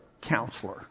counselor